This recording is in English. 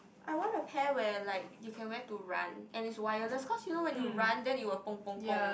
I want a pair where like you can wear to run and is wireless cause you know when you run then it will